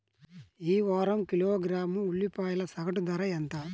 ఈ వారం కిలోగ్రాము ఉల్లిపాయల సగటు ధర ఎంత?